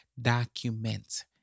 document